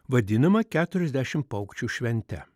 vadinama keturiasdešim paukščių švente